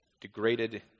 degraded